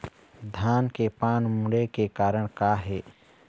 धान के पान मुड़े के कारण का हे?